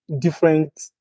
different